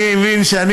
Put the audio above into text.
אני מבין,